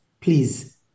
Please